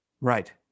right